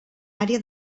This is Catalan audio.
àrea